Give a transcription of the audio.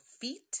feet